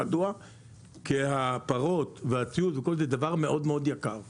כי הפרות והציוד זה דבר מאוד יקר ופה,